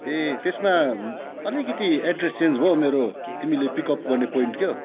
ए त्यसमा अलिकिति address change भयो मेरो तिमीले पिक अप गर्ने पोइन्ट क्या